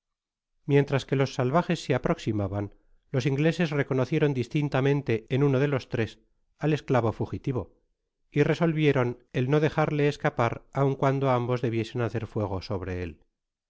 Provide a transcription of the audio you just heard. mientras que los salvajes se aproximaban los ingleses reconocieron distintamente en uno dhos tres al esclave fugitivo y resolvieron el no dejarle escapar aun cuando ambos debiesen hacer fuego sobre él